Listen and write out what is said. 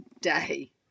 day